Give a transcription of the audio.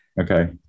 Okay